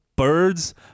birds